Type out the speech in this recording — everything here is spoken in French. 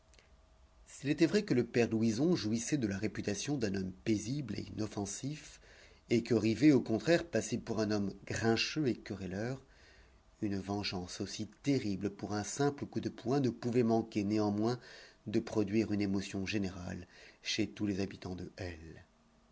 s'il était vrai que le père louison jouissait de la réputation d'un homme paisible et inoffensif et que rivet au contraire passait pour un homme grincheux et querelleur une vengeance aussi terrible pour un simple coup de poing ne pouvait manquer néanmoins de produire une émotion générale chez tous les habitants de